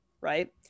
right